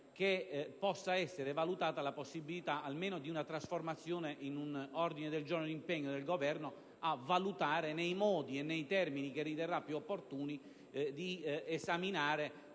che possa essere valutata la possibilità almeno di una sua trasformazione in un ordine del giorno che impegni il Governo a valutare, nei modi e nei termini che riterrà più opportuni, una